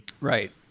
Right